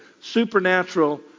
supernatural